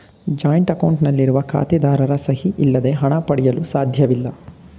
joint account ನಲ್ಲಿರುವ ಖಾತೆದಾರರ ಸಹಿ ಇಲ್ಲದೆ ಹಣ ಪಡೆಯಲು ಸಾಧ್ಯವಿಲ್ಲ